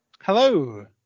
Hello